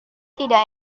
tidak